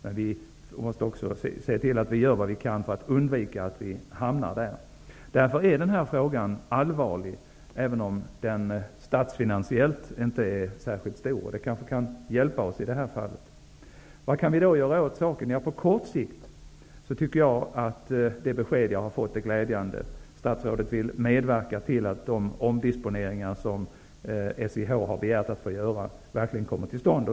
Men vi måste också se till att vi gör vad vi kan för att undvika att vi hamnar där. Därför är den här frågan allvarlig, även om den statsfinansiellt inte är särskilt stor. Det kanske kan hjälpa oss i det här fallet. Vad kan vi då göra åt saken? På kort sikt tycker jag att det besked jag har fått är glädjande. Statsrådet vill medverka till att de omdisponeringar som SIH har begärt att få göra verkligen kommer till stånd.